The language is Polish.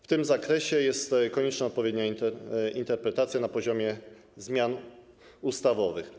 W tym zakresie jest konieczna odpowiednia interpretacja na poziomie zmian ustawowych.